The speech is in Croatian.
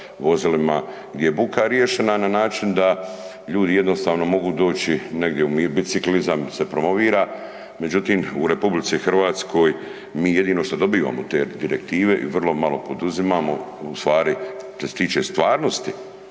vozilima, gdje je buka riješena na način da ljudi jednostavno mogu doći negdje, biciklizam se promovira. Međutim, u RH mi jedino što dobivamo od te direktive i vrlo malo poduzimamo, u stvari što se tiče stvarnosti